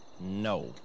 no